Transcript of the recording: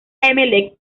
emelec